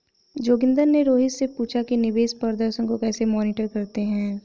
जोगिंदर ने रोहित से पूछा कि निवेश प्रदर्शन को कैसे मॉनिटर करते हैं?